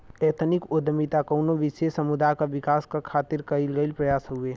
ethnic उद्दमिता कउनो विशेष समुदाय क विकास क खातिर कइल गइल प्रयास हउवे